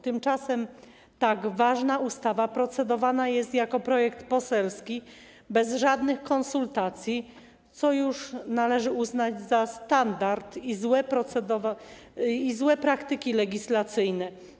Tymczasem tak ważna ustawa procedowana jest jako projekt poselski, bez żadnych konsultacji, co już należy uznać za standard i złe praktyki legislacyjne.